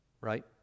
right